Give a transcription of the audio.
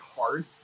hard